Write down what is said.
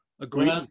agreed